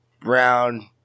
brown